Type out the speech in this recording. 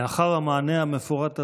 לאחר המענה המפורט הזה,